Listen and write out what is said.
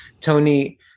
Tony